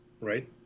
right